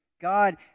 God